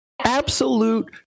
absolute